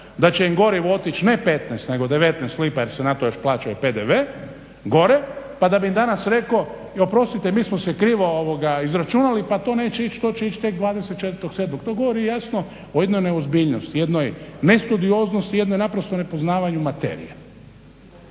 da će im gorivo otići ne 15 nego 19 jer se još na to plaća i PDV gore, pa da bi danas rekao oprostite, mi smo se krivo izračunali, pa to neće ići, to će ići tek 24.7. To govori jasno o jednoj neozbiljnosti, jednoj nestudioznosti, jednoj naprosto nepoznavanju materije.